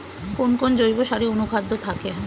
কোন কোন জৈব সারে অনুখাদ্য থাকে?